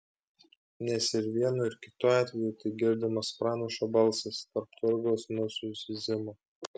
nes ir vienu ir kitu atveju tai girdimas pranašo balsas tarp turgaus musių zyzimo